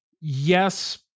Yes